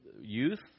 youth